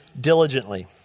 diligently